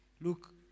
Look